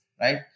right